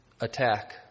attack